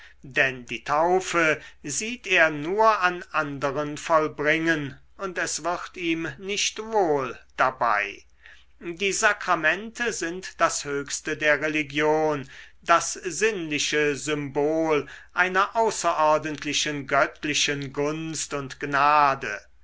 denn die taufe sieht er nur an anderen vollbringen und es wird ihm nicht wohl dabei die sakramente sind das höchste der religion das sinnliche symbol einer außerordentlichen göttlichen gunst und gnade